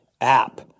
app